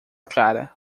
clara